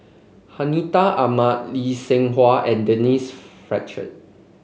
Hartinah Ahmad Lee Seng Huat and Denise Fletcher